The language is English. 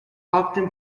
often